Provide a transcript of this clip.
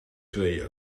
twee